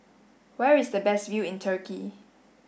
where is the best view in Turkey